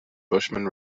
bushman